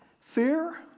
fear